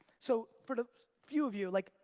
so, for the few of you, like,